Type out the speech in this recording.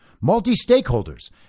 Multi-stakeholders